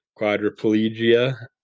Quadriplegia